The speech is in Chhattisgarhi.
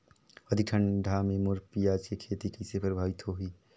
अधिक ठंडा मे मोर पियाज के खेती कइसे प्रभावित होही?